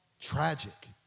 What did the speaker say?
tragic